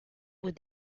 would